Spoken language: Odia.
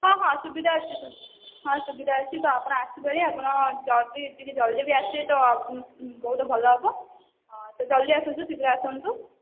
ହଁ ହଁ ସୁବିଧା ଅଛି ସୁ ହଁ ସୁବିଧା ଅଛି ତ ଆପଣ ଆସିପାରିବେ ଆପଣ ଯଦି ଟିକେ ଜଲଦି ବି ଆସିବେ ତ ବହୁତ ଭଲ ହେବ ତ ଜଲଦି ଆସନ୍ତୁ ଶୀଘ୍ର ଆସନ୍ତୁ